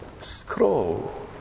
scroll